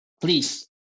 Please